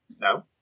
No